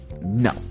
No